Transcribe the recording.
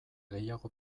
gehiago